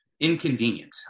Inconvenient